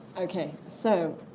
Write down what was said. ok. so